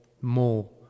more